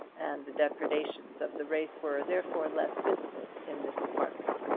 and the depredations of the race were, therefore, less visible in this apartment.